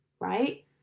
right